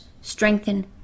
strengthen